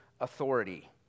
authority